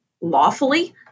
lawfully